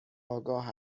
آگاه